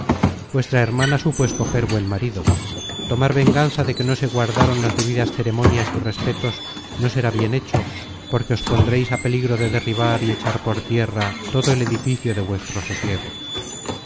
vuestra hermana supo escoger buen marido tomar venganza de que no se guardaron las debidas ceremonias y respetos no será bien hecho porque os pondreis á peligro de derribar y echar por tierra todo el edificio de vuestro sosiego